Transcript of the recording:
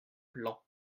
plan